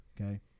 Okay